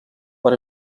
per